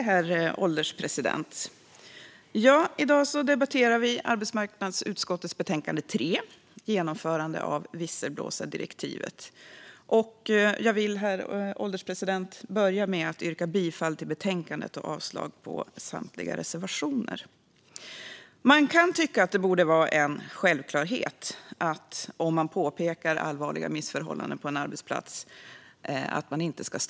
Herr ålderspresident! I dag debatterar vi arbetsmarknadsutskottets betänkande 3 Genomförande av visselblåsardirektivet . Jag vill, herr ålderspresident, börja med att yrka bifall till förslaget i betänkandet och avslag på samtliga reservationer. Det kan tyckas att det borde vara en självklarhet att man inte ska straffas för att man påpekar allvarliga missförhållanden på en arbetsplats.